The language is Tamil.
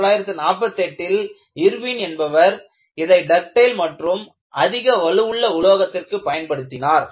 1948 ல் இர்வின் என்பவர் இதை டக்டைல் மற்றும் அதிக வலுவுள்ள உலோகத்திற்கு பயன்படுத்தினார்